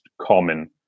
common